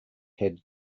head